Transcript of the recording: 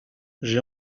j’ai